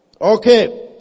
Okay